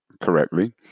correctly